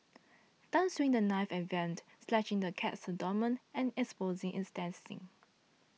tan swung the knife at Vamp slashing the cat's abdomen and exposing its intestines